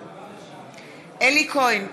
בעד אלי כהן,